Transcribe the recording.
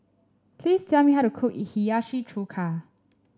please tell me how to cook Hiyashi Chuka